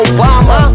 Obama